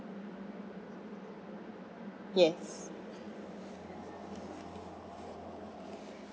yes